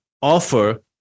offer